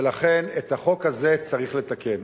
ולכן את החוק הזה צריך לתקן.